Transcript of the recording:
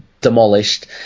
demolished